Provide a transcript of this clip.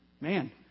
Man